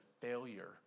failure